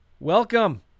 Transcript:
Welcome